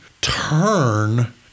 turn